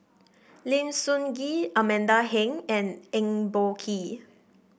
Lim Sun Gee Amanda Heng and Eng Boh Kee